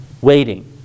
waiting